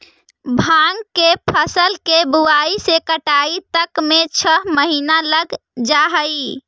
भाँग के फसल के बुआई से कटाई तक में छः महीना लग जा हइ